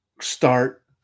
start